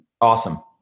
Awesome